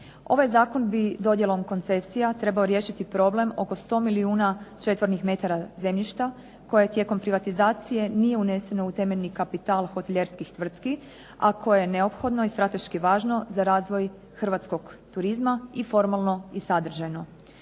Ovaj Zakon bi dodjelom koncesija trebao riješiti problem oko 100 milijuna četvornih metara zemljišta koje tijekom privatizacije nije uneseno u temeljni kapital hotelijerskih tvrtki, a koje neophodno i strateški važno za razvoj Hrvatskog turizma i formalno i sadržajno.